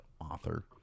author